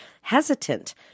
hesitant